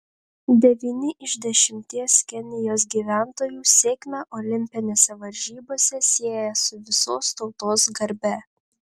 devyni iš dešimties kenijos gyventojų sėkmę olimpinėse varžybose sieja su visos tautos garbe